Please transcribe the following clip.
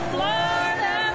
Florida